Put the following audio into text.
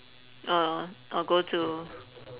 or or go to